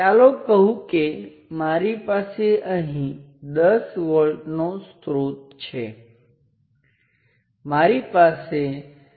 અને સર્કિટની અંદર સ્વતંત્ર સ્ત્રોતો આ બધા સક્રિય છે